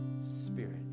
Spirit